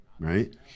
Right